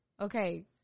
Okay